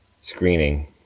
screening